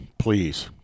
Please